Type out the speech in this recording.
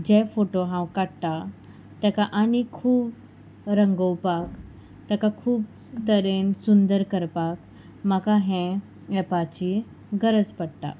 जे photo हांव काडटा तेका आनी खूब रंगोवपाक तेका खूब तरेन सुंदर करपाक म्हाका हें एपाची गरज पडटा